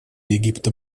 египта